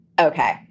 Okay